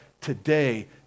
today